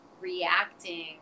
reacting